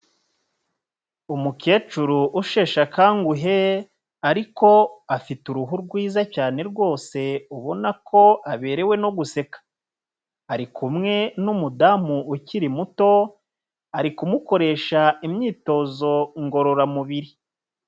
Umukecuru usheshe akanguhe ariko afite uruhu rwiza cyane rwose ubona ko aberewe no guseka, ari kumwe n'umudamu ukiri muto, ari kumukoresha imyitozo ngororamubiri.